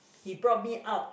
he brought me out